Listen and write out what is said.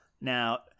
Now